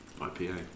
IPA